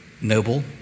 noble